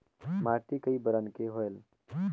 माटी कई बरन के होयल?